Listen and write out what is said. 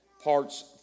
parts